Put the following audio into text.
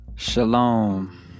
Shalom